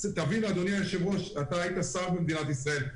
תבין, אדוני היושב-ראש, אתה היית שר במדינת ישראל.